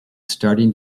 starting